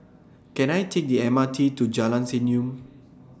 Can I Take The M R T to Jalan Senyum